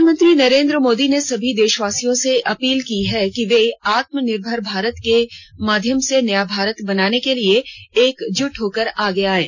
प्रधानमंत्री नरेन्द्र मोदी ने सभी देशवासियों से अपील की है कि वे आत्मानिर्भर भारत के माध्यम से नया भारत बनाने के लिए एकजुट होकर आगे आयें